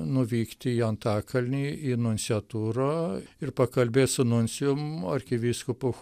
nuvykti į antakalnį į nunciatūrą ir pakalbėt su nuncijum arkivyskupu